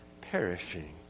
perishing